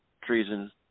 treason